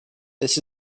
this